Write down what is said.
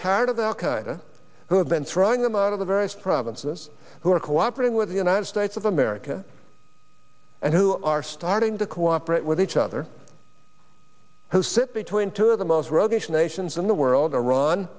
tired of the al qaida who have been throwing them out of the various provinces who are cooperating with the united states of america and who are starting to cooperate with each other who sit between two of the most rogue nation nations in the world iran